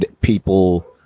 people